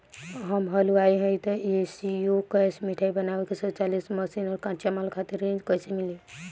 हम हलुवाई हईं त ए.सी शो कैशमिठाई बनावे के स्वचालित मशीन और कच्चा माल खातिर ऋण कइसे मिली?